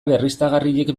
berriztagarriek